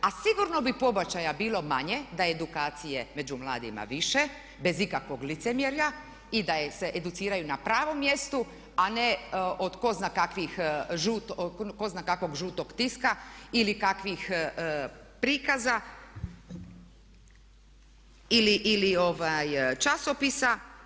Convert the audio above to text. A sigurno bi pobačaja bilo manje da je edukacije među mladima više bez ikakvog licemjerja i da je ih se educira na pravom mjestu a ne od ko zna kakvog žutog tiska ili kakvih prikaza ili časopisa.